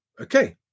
Okay